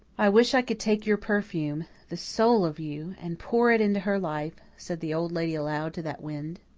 i wish i could take your perfume the soul of you and pour it into her life, said the old lady aloud to that wind.